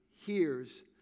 hears